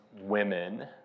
women